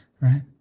Right